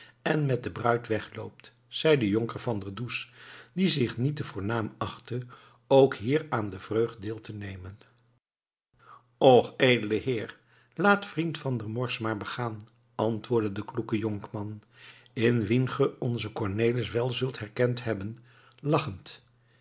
en met de bruid wegloopt zeide jonker van der does die zich niet te voornaam achtte ook hier aan de vreugd deel te nemen och edele heer laat vriend van der morsch maar begaan antwoordde de kloeke jonkman in wien ge onzen cornelis wel zult herkend hebben